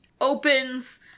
opens